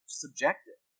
subjective